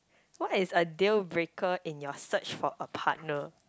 what is a deal breaker in your search for a partner